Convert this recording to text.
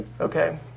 Okay